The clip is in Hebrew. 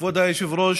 כבוד היושב-ראש,